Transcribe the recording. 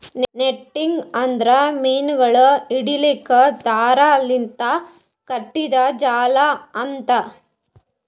netting ಅಂದುರ್ ಮೀನಗೊಳ್ ಹಿಡಿಲುಕ್ ದಾರದ್ ಲಿಂತ್ ಕಟ್ಟಿದು ಜಾಲಿ ಅದಾ